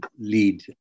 lead